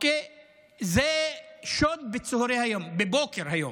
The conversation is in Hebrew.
זה שוד בצוהרי היום, בבוקר היום.